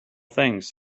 things